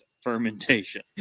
fermentation